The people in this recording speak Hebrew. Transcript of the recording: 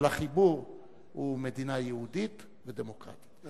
אבל החיבור הוא מדינה יהודית ודמוקרטית.